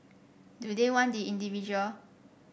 do they want the individual